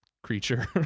creature